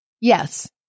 Yes